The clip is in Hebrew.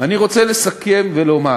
אני רוצה לסכם ולומר: